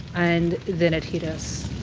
and then it hit us.